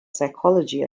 psychology